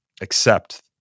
accept